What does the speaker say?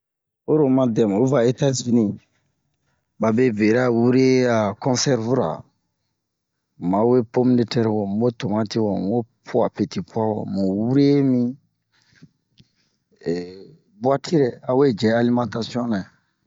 Oyi ro oma dɛmu o va eta'zini babe bera wure a ho konsɛrvura mu ma we pom-de-tɛr wo mu wo tomati wo mu wo pu'a peti-pu'a wo mu wure mi bu'atirɛ a we jɛ alimatasion nɛ